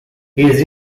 his